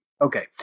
Okay